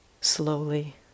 slowly